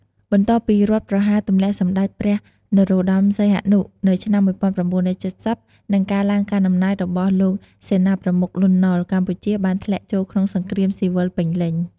បន្ទាប់ពីរដ្ឋប្រហារទម្លាក់សម្ដេចព្រះនរោត្តម សីហនុ នៅឆ្នាំ១៩៧០ និងការឡើងកាន់អំណាចរបស់លោកសេនាប្រមុខ លន់ នល់ កម្ពុជាបានធ្លាក់ចូលក្នុងសង្គ្រាមស៊ីវិលពេញលេញ។